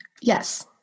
Yes